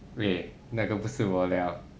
really 那个不是我 liao